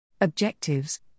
Objectives